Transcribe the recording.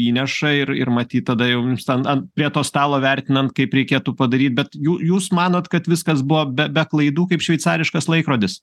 įneša ir ir matyt tada jau mums ten an prie to stalo vertinant kaip reikėtų padaryt bet jūs manot kad viskas buvo be be klaidų kaip šveicariškas laikrodis